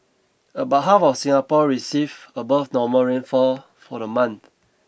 about half of Singapore received above normal rainfall for the month